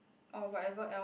or whatever else